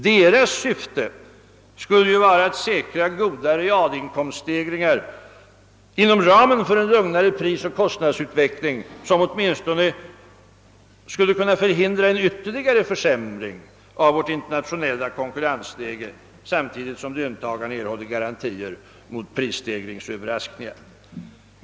Deras syfte skulle vara att säkra goda realinkomststegringar inom ramen för en lugnare prisoch kostnadsutveckling, som åtminstone skulle kunna förhindra en ytterligare försämring av vårt internationella konkurrensläge, samtidigt som löntagarna erhåller garantier mot prisstegringsöverraskningar.